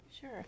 sure